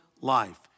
life